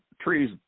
trees